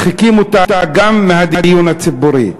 מדחיקים אותה גם מהדיון הציבורי,